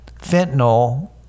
fentanyl